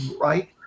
right